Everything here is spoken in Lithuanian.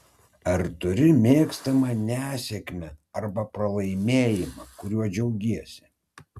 ar turi mėgstamą nesėkmę arba pralaimėjimą kuriuo džiaugiesi